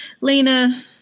Lena